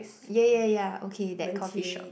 yeah yeah yeah okay that coffee shop